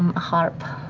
a harp.